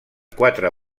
quatre